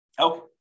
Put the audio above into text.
Okay